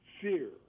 fear